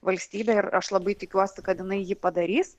valstybė ir aš labai tikiuosi kad jinai jį padarys